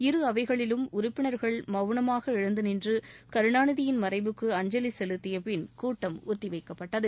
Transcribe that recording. இரு அவைகளிலும் உறுப்பினர்கள் மவுனமாக எழுந்து நின்று கருணாநிதியின் மறைவுக்கு அஞ்சலி செலுத்திய பின் கூட்டம் ஒத்திவைக்கப்பட்டது